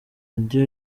radio